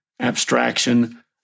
abstraction